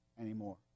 anymore